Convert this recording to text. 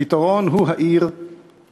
הפתרון הוא הדגם